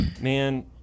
man